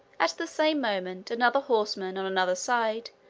at the same moment, another horseman, on another side,